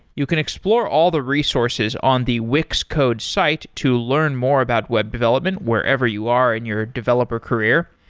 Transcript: you can explore all the resources on the wix code site to learn more about web development wherever you are in your developer career.